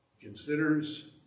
considers